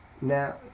Now